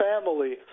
family